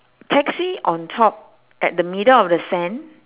taxi on top at the middle of the sand